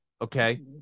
okay